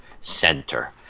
center